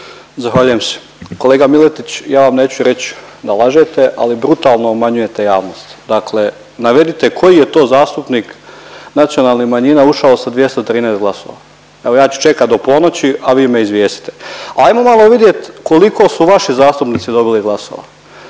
Zahvaljujem se. Kolega Miletić ja vam neću reć da lažete, ali brutalno obmanjujete javnost. Dakle, navedite koji je to zastupnik nacionalnih manjina ušao sa 213 glasova? Evo ja ću čekat do ponoći, a vi me izvijestite. Ajmo malo vidjet koliko su vaši zastupnici dobili glasova,